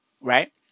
Right